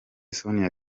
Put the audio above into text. sonia